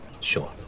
Sure